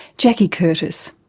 jackie curtis.